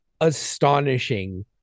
astonishing